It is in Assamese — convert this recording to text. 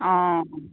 অঁ